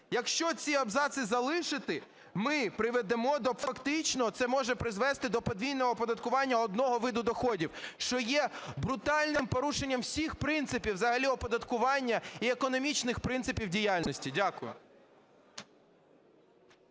Якщо ці абзаци залишити, ми приведемо до фактично, це може призвести до подвійного оподаткування одного виду доходів, що є брутальним порушенням всіх принципів взагалі оподаткування і економічних принципів діяльності. Дякую.